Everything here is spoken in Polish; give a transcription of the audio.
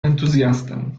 entuzjastę